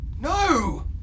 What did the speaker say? No